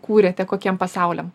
kūrėte kokiem pasauliam